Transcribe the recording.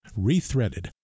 ReThreaded